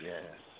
Yes